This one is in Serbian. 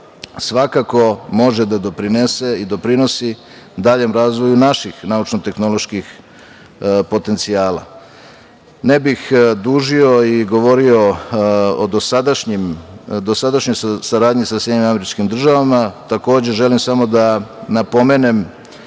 svakako može da doprinese i doprinosi daljem razvoju naših naučno-tehnoloških potencijala. Ne bih dužio i govorio o dosadašnjoj saradnji sa SAD, takođe želim samo da napomenem